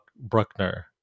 Bruckner